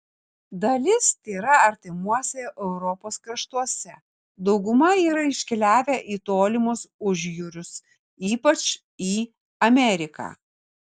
dalis tėra artimuose europos kraštuose dauguma yra iškeliavę į tolimus užjūrius ypač į ameriką